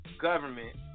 government